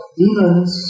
demons